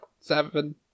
seven